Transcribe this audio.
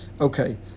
Okay